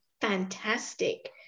fantastic